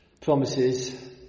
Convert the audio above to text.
promises